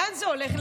לאן זה הולך?